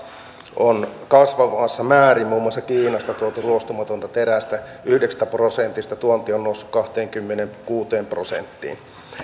on kasvavassa määrin muun muassa kiinasta tuotu ruostumatonta terästä yhdestä prosentista tuonti on noussut kahteenkymmeneenkuuteen prosenttiin